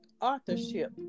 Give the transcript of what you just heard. authorship